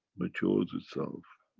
matures itself,